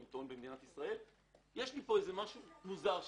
טון במדינת ישראל - יש איזה משהו מוזר שקורה,